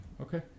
okay